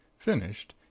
finished,